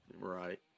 Right